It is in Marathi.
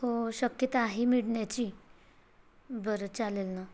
हो शक्यता आहे मिळण्याची बरं चालेल ना